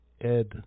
Ed